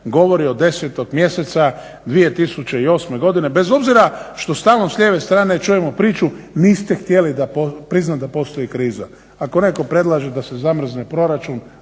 govori od 10. mjeseca 2008. godine bez obzira što stalno s lijeve strane čujemo priču, niste htjeli da priznate da postoji kriza. Ako neko predlaže da se zamrzne proračun,